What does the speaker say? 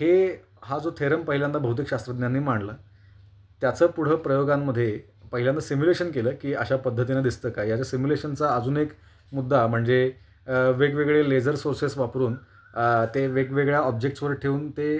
हे हा जो थेरम पहिल्यांदा भौतिकशास्त्रज्ञांनी मांडला त्याचं पुढं प्रयोगांमध्ये पहिल्यांदा सिम्युलेशन केलं की अशा पद्धतीनं दिसतं का याचा सिम्युलेशनचा अजून एक मुद्दा म्हणजे वेगवेगळे लेझर सोर्सेस वापरून ते वेगवेगळ्या ऑब्जेक्टसवर ठेवून ते